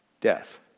death